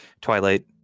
twilight